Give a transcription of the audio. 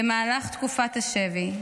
במהלך תקופת השבי,